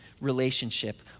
relationship